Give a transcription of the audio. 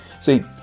See